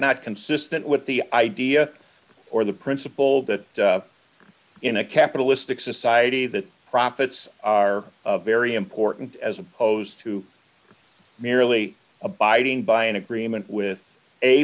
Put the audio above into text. not consistent with the idea or the principle that in a capitalistic society that profits are very important as opposed to merely abiding by an agreement with a